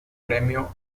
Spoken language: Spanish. premio